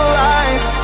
lies